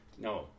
No